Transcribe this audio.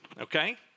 okay